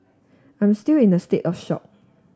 I'm still in a state of shock